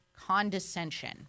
condescension